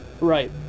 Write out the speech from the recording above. Right